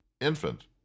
infant